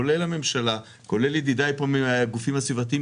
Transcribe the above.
כולל הממשלה וכולל ידידיי פה מהגופים הסביבתיים,